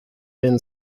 been